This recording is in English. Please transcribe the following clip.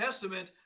Testament